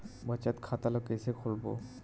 बचत खता ल कइसे खोलबों?